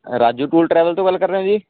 Raju tour travel ਤੋਂ ਗੱਲ ਕਰ ਰਹੇ ਹੈ ਜੀ